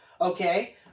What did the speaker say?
Okay